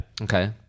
okay